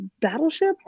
Battleship